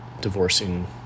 divorcing